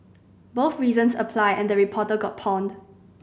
both reasons apply and the reporter got pawned